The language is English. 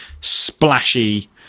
splashy